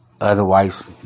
otherwise